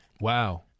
wow